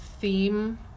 theme